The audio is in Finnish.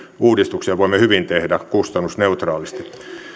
uudistuksia voimme hyvin tehdä kustannusneutraalisti